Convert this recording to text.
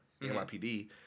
NYPD